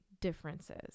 differences